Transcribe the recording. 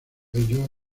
ello